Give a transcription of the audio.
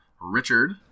Richard